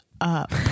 up